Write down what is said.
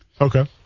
okay